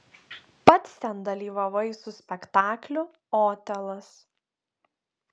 pats ten dalyvavai su spektakliu otelas